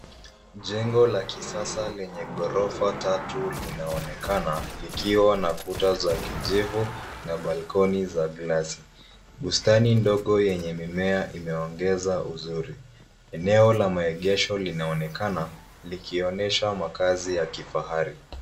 Jengo la kisasa lenye ghorofa tatu linaonekana likiwa na kuta za kijivu na balkoni za glasi. Bustani ndogo yenye mimea imeongeza uzuri. Eneo la maegesho linaonekana likionyesha makazi ya kifahari.